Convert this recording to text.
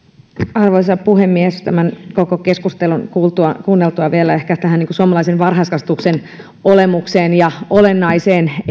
arvoisa puhemies tämän koko keskustelun kuunneltuani vielä ehkä tähän suomalaisen varhaiskasvatuksen olemukseen ja olennaiseen